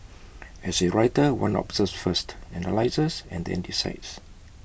as A writer one observes first analyses and then decides